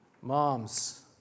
Moms